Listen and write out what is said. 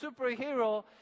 superhero